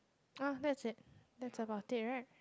!ah! that's it that's about it right